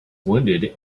wounded